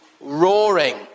roaring